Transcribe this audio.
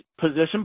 position